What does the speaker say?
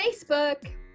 Facebook